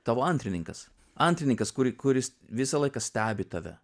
tavo antrininkas antrininkas kuri kuris visą laiką stebi tave